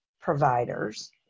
providers